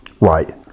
right